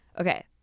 Okay